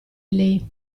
lei